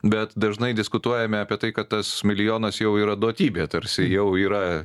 bet dažnai diskutuojame apie tai kad tas milijonas jau yra duotybė tarsi jau yra